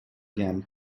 again